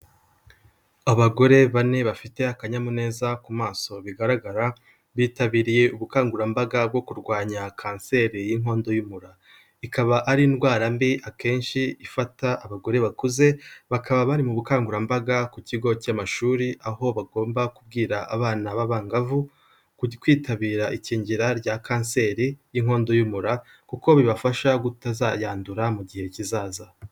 Abagore bane bafite akanyamuneza ku maso bigaragara, bitabiriye ubukangurambaga bwo kurwanya kanseri y'inkondo y'umura, ikaba ari indwara mbi akenshi ifata abagore bakuze, bakaba bari mu bukangurambaga ku kigo cy'amashuri aho bagomba kubwira abana b'abangavu kwitabira ikingira rya kanseri y'inkondo y'umura, kuko bibafasha kutazayandura mu gihe kizaza.